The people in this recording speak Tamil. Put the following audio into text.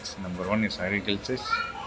ஸ் நம்பர் ஒன் இஸ் அக்ரிகல்ச்சர்ஸ்